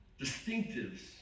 distinctives